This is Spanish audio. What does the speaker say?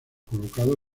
colocado